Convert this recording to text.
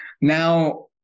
now